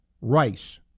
Rice